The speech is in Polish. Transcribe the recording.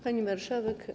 Pani Marszałek!